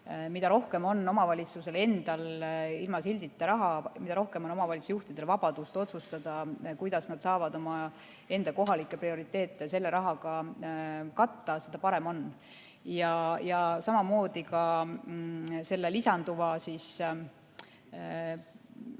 Mida rohkem on omavalitsusel ilma sildita raha, mida rohkem on omavalitsusjuhtidel vabadust otsustada, kuidas nad saavad kohalikke prioriteete selle rahaga katta, seda parem on. Samamoodi on ka selle lisanduva tuluga.